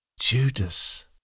Judas